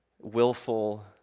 willful